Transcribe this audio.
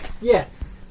Yes